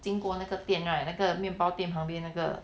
经过那个店 right 那个面包店旁边那个